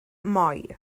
moi